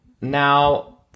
Now